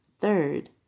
Third